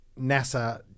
NASA